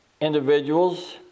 individuals